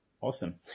Awesome